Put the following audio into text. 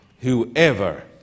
Whoever